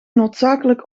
noodzakelijk